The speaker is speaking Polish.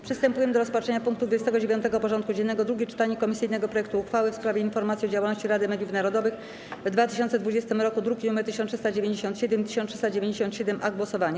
Przystępujemy do rozpatrzenia punktu 29. porządku dziennego: Drugie czytanie komisyjnego projektu uchwały w sprawie Informacji o działalności Rady Mediów Narodowych w 2020 roku (druki nr 1397 i 1397-A) - głosowanie.